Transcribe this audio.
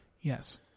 Yes